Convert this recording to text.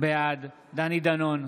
בעד דני דנון,